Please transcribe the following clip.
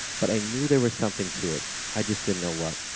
but i knew there was something to it i just didn't know what.